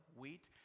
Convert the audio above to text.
wheat